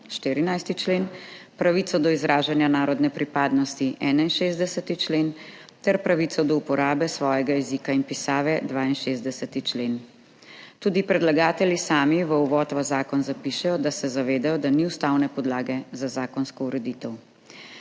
14. člen, pravico do izražanja narodne pripadnosti, 61. člen, ter pravico do uporabe svojega jezika in pisave, 62. člen.« Tudi predlagatelji sami v uvodu v zakon zapišejo, da se zavedajo, da ni ustavne podlage za zakonsko ureditev.